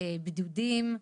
בידודים,